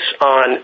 on